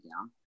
down